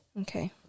Okay